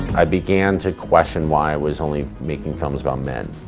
i began to question why i was only making films about men.